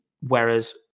Whereas